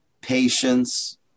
patience